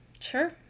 Sure